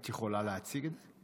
את יכולה להציג את זה?